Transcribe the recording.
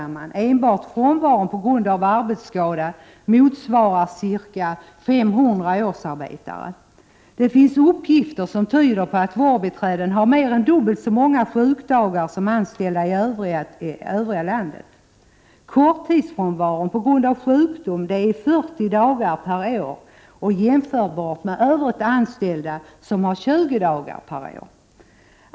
Enbart frånvaron på grund av arbetsskada motsvarar ca 500 årsarbetare. Det finns uppgifter som tyder på att vårdbiträden har mer än dubbelt så många sjukdagar som anställda i övrigt i landet. Korttidsfrånvaron på grund - av sjukdom är 40 dagar per år, att jämföras med frånvaron för anställda i Övrigt som är 20 dagar per år.